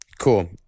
Cool